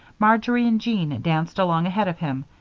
marjory and jean danced along ahead of him,